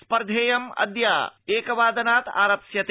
स्पर्धेयम् अद्य एकवादनात् आरप्स्यते